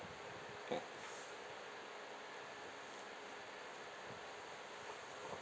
ah